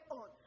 on